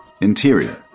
Interior